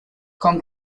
con